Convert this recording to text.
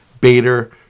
Bader